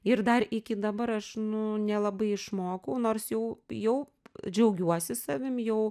ir dar iki dabar aš nu nelabai išmokau nors jau jau džiaugiuosi savim jau